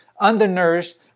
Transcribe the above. undernourished